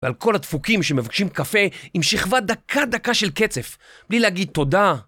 ועל כל הדפוקים שמבקשים קפה עם שכבה דקה דקה של קצף, בלי להגיד תודה